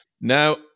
Now